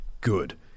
good